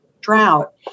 drought